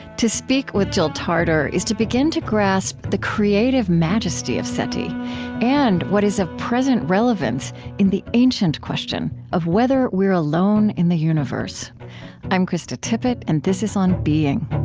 to speak with jill tarter is to begin to grasp the creative majesty of seti and what is of present relevance in the ancient question of whether we're alone in the universe i'm krista tippett, and this is on being.